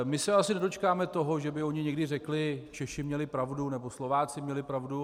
My se asi nedočkáme toho, že by oni někdy řekli: Češi měli pravdu nebo Slováci měli pravdu.